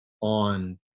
on